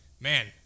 Man